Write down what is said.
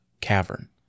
cavern